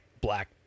black